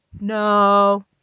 No